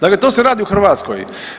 Dakle, to se radi u Hrvatskoj.